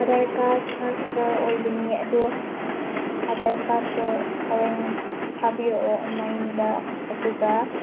Aadhaar card ꯈꯛꯇ ꯑꯣꯏꯒꯅꯤ ꯑꯗꯨ ꯑꯥꯙꯥꯔ ꯀꯥꯔꯗꯇꯣ ꯍꯣꯔꯦꯟ ꯊꯥꯕꯤꯔꯛꯑꯣ ꯑꯣꯟꯂꯥꯏꯟꯗ ꯑꯗꯨꯒ